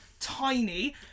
tiny